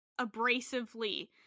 abrasively